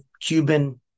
Cuban